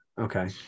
Okay